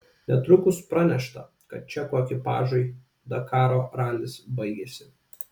netrukus pranešta kad čekų ekipažui dakaro ralis baigėsi